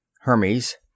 Hermes